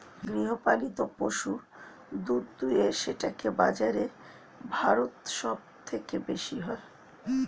গৃহপালিত পশু দুধ দুয়ে সেটাকে বাজারে ভারত সব থেকে বেশি হয়